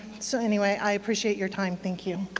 so anyway, i appreciate your time. thank you.